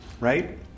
right